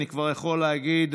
אני כבר יכול להגיד,